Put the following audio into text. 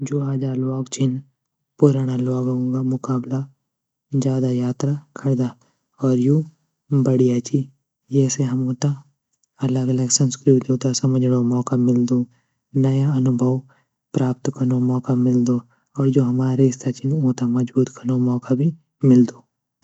जू आजा ल्वोग छिन उ पुराणा ल्वोगू ग मुक़ाबला ज़्यादा यात्रा करदा और यू बढ़िया ची ये से हमू त अलग अलग संस्कृतियों त समझणों मौक़ा मीलदू नया अनुभव प्राप्त कनो मौक़ा मीलदू और जू हमा रिश्ता छीन ऊँ त मज़बूत कनो मौक़ा भी मीलदू।